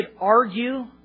argue